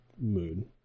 mood